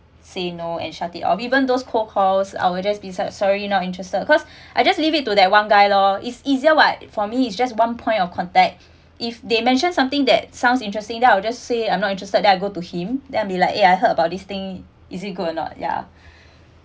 say no and shut it or even those cold calls I'll just sorry not interested because I just leave it to that one guy lor it's easier [what] for me is just one point of contact if they mentioned something that sounds interesting then I will just say I'm not interested I go to him then I'll be like eh I heard about this thing is it good or not yeah